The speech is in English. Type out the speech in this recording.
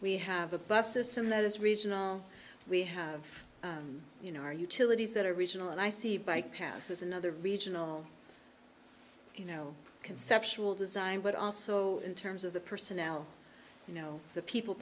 we have a bus system that is regional we have you know our utilities that are regional and i see bike passes and other regional you know conceptual design but also in terms of the personnel you know the people